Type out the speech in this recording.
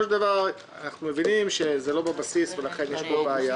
אנחנו מבינים שזה לא בבסיס ולכן יש פה בעיה,